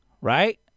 right